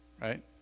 right